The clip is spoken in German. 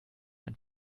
ein